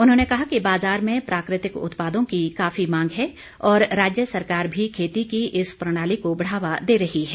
उन्होंने कहा कि बाजार में प्राकृतिक उत्पादों की काफी मांग है और राज्य सरकार भी खेती की इस प्रणाली को बढ़ावा दे रही है